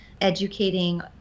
educating